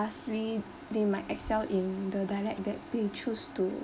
lastly they might excel in the dialect that they choose to